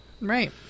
Right